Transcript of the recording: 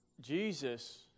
Jesus